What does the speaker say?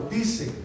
dice